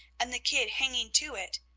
and the kid hanging to it.